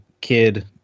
kid